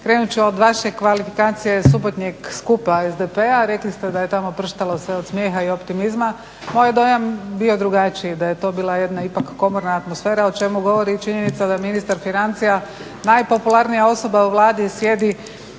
krenut ću od vaše kvalifikacije subotnjeg skupa SDP-a, rekli ste da je tamo prštalo sve od smijeha i optimizma. Moj je dojam bio drugačiji, da je to bila jedna ipak komorna atmosfera o čemu govori i činjenica da je ministar financija, najpopularnija osoba u Vladi sjedi